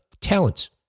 talents